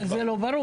כן, זה לא ברור.